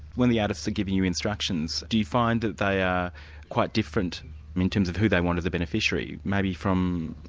when the artists are giving you instructions, do you find that they are quite different in terms of who they want as a beneficiary, maybe from